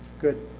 good.